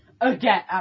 Again